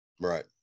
right